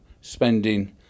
spending